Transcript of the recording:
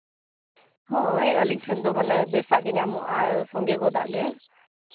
ᱦᱳᱭ ᱟᱹᱞᱤᱧ ᱴᱷᱮᱱ ᱫᱚ ᱢᱟᱱᱮ ᱵᱮᱥᱟᱜ ᱜᱮ ᱧᱟᱢᱚᱜᱼᱟ ᱟᱨ ᱥᱚᱸᱜᱮ ᱜᱚᱫᱟᱜ ᱜᱮ